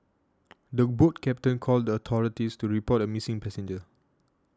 the boat captain called the authorities to report a missing passenger